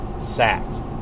sacks